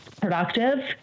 Productive